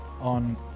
on